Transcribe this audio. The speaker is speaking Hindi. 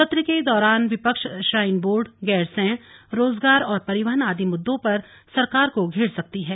सत्र के दौरान विपक्ष श्राइन बोर्ड गैरसैंण रोजगार और परिवहन आदि मुद्दे पर सरकार को घेर सकती है